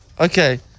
Okay